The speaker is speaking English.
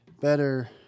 better